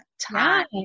time